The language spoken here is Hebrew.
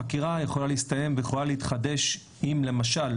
חקירה יכולה להסתיים ויכולה להתחדש אם למשל,